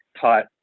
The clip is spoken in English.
taught